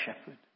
shepherd